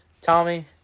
Tommy